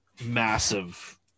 massive